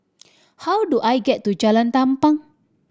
how do I get to Jalan Tampang